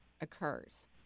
occurs